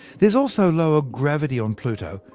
there's also lower gravity on pluto,